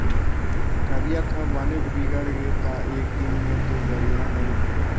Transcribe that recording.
तबीयत ह बनेच बिगड़गे त एकदिन में तो बड़िहा नई होही